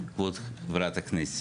כבוד חברת הכנסת,